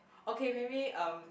okay maybe um